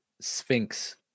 Sphinx